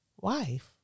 wife